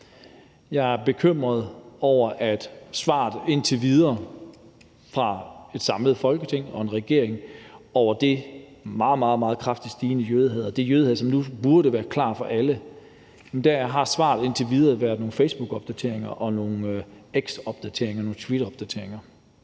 Jeg er bekymret over, at svaret fra et samlet Folketing og regeringen på det meget, meget kraftigt stigende jødehad – det jødehad, som nu burde være klart for alle – indtil videre har været nogle facebookopdateringer og nogle X-opdateringer. Jeg er ked af at sige